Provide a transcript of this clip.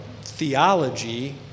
theology